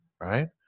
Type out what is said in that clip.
right